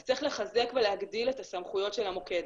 אז צריך לחזק ולהגדיל את הסמכויות של המוקד.